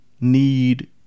need